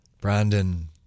Brandon